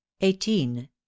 eighteen